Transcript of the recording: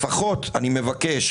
לפחות אני מבקש,